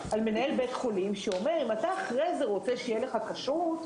על מנהל בית חולים שאומר: אם אתה אחרי זה רוצה שיהיה לך כשרות,